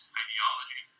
ideology